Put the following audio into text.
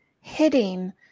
hitting